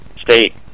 State